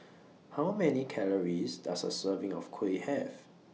How Many Calories Does A Serving of Kuih Have